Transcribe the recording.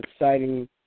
exciting